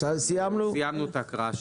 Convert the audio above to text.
סיימנו את ההקראה.